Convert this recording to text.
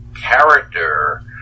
character